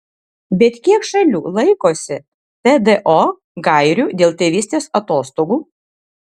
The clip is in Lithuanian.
bet kiek šalių laikosi tdo gairių dėl tėvystės atostogų